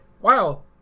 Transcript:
wow